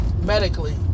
medically